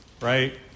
right